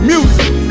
Music